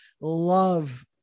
love